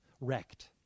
wrecked